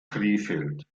krefeld